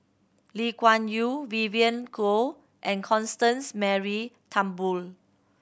Lee Kuan Yew Vivien Goh and Constance Mary Turnbull